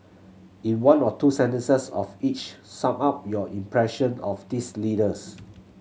in one or two sentences of each sum up your impression of these leaders